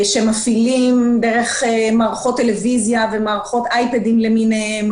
שמפעילים דרך מערכות טלוויזיה ומערכות אייפדים למיניהם,